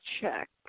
check